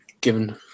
given